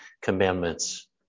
commandments